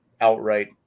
outright